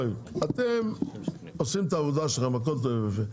אתם עושים את העבודה שלכם, הכול טוב ויפה.